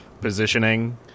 positioning